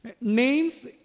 names